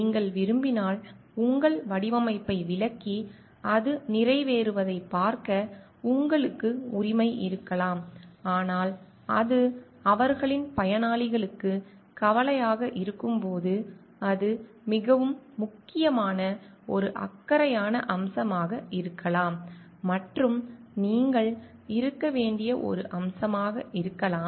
நீங்கள் விரும்பினால் உங்கள் வடிவமைப்பை விளக்கி அது நிறைவேறுவதைப் பார்க்க உங்களுக்கு உரிமை இருக்கலாம் ஆனால் அது அவர்களின் பயனாளிகளுக்கு கவலையாக இருக்கும் போது அது மிகவும் முக்கியமான ஒரு அக்கறையான அம்சமாக இருக்கலாம் மற்றும் நீங்கள் இருக்க வேண்டிய ஒரு அம்சமாக இருக்கலாம்